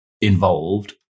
involved